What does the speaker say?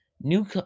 New